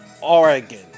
Oregon